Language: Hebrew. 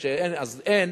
וכשאין אז אין,